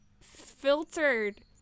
filtered